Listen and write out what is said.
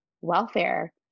welfare